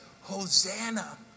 Hosanna